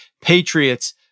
Patriots